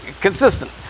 consistent